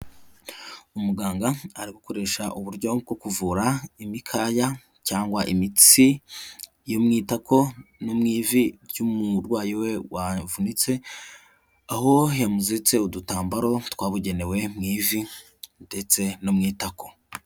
Umuganga ari gukoresha uburyo bwo kuvura imikaya cyangwa imitsi yo mu itako no mu ivi ry'umurwayi we wapfunitse, aho yamuziritse udutambaro twabugenewe mu ivi ndetse no mu itako.